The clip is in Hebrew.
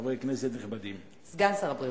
חברי כנסת נכבדים, סגן שר הבריאות,